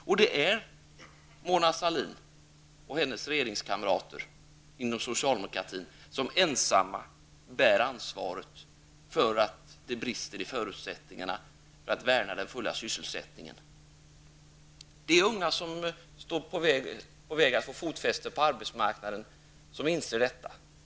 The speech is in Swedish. Och det är Mona Sahlin och hennes regeringskamrater inom socialdemokratin som ensamma bär ansvaret för att det brister i förutsättningarna för att värna den fulla sysselsättningen. Det är de unga, som är på väg att få fostfäste på arbetsmarknaden, som inser detta.